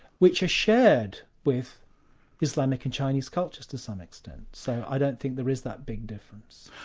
which are shared with islamic and chinese cultures, to some extent. so i don't think there is that big difference.